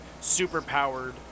super-powered